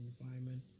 environment